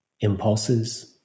impulses